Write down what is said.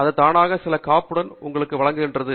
இது தானாக சில காப்புடன் உங்களுக்கு வழங்குகிறது